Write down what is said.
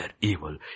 evil